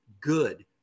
good